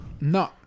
No